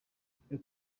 byo